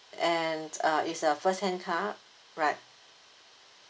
and uh it's a first hand car right